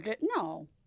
No